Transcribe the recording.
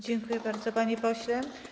Dziękuję bardzo, panie pośle.